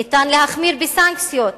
ניתן להחמיר בסנקציות.